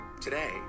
Today